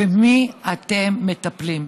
במי אתם מטפלים.